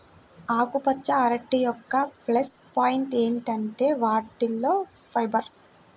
ఆకుపచ్చ అరటి యొక్క ప్లస్ పాయింట్ ఏమిటంటే వాటిలో ఫైబర్